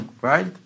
right